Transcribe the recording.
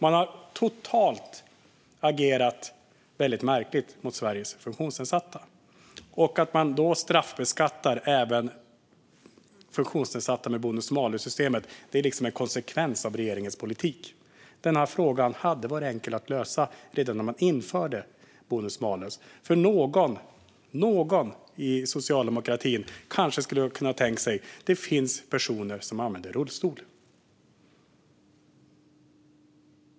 Man har agerat helmärkligt mot Sveriges funktionsnedsatta. Att även straffbeskatta funktionsnedsatta med bonus malus-systemet är en konsekvens av regeringens politik. Denna fråga hade varit enkel att lösa redan när man införde bonus malus om någon inom socialdemokratin hade tänkt på att det finns personer som använder rullstol.